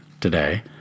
today